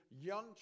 young